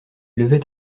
levait